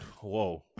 whoa